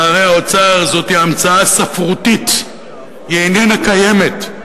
נערי האוצר זאת המצאה ספרותית, היא איננה קיימת.